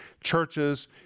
churches